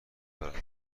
دارد